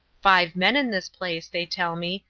five men in this place, they tell me,